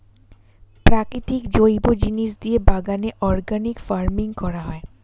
প্রাকৃতিক জৈব জিনিস দিয়ে বাগানে অর্গানিক ফার্মিং করা হয়